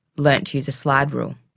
learned to use a slide rule.